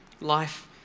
Life